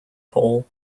pole